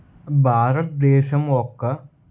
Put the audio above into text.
భారత దేశం ఒక్క